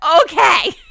Okay